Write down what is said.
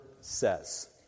says